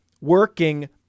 working